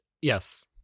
Yes